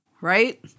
right